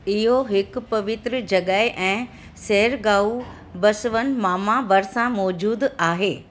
इहो हिकु पवित्र जॻहि ऐं सैरगाह बसवन मामा भरिसां मौजूदु आहे